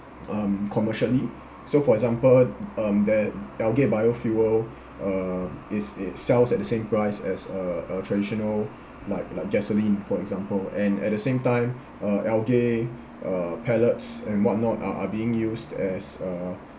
um commercially so for example um that algae biofuel uh is it sells at the same price as uh uh traditional like like gasoline for example and at the same time uh algae uh pellets and whatnot are are being used as a